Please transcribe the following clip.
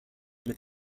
mit